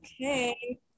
Okay